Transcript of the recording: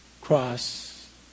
cross